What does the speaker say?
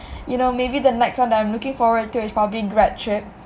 you know maybe the next one that I'm looking forward to is probably grad trip